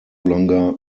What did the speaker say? longer